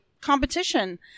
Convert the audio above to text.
competition